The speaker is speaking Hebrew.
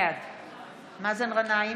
בעד מאזן גנאים,